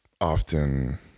often